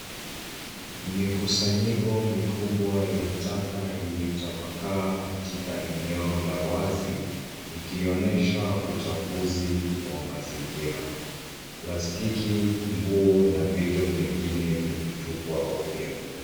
Mikusanyiko mikubwa ya taka imetapakaa katika eneo la wazi ikionyesha uchafuzi wa mazingira. Plastiki, nguo na vitu vingine vimetupwa ovyo.